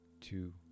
two